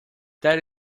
that